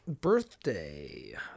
birthday